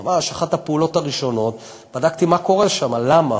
ממש אחת הפעולות הראשונות הייתה שבדקתי מה קורה שם ולמה.